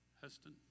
Heston